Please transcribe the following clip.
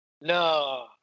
no